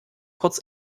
kurz